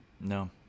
No